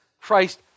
Christ